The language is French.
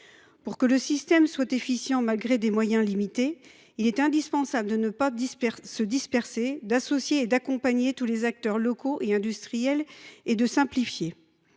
Pour que le système soit efficient malgré des moyens limités, il est indispensable de ne pas se disperser, d’associer et d’accompagner tous les acteurs locaux et industriels et de simplifier.